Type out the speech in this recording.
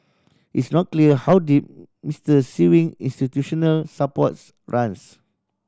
it's not clear how deep Mister Sewing institutional supports runs